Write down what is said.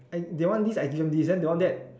I they want this I give them this then they want that